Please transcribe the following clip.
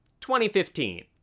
2015